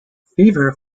fever